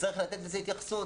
וצריך לתת לזה התייחסות.